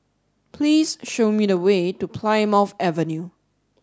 please show me the way to Plymouth Avenue